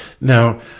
now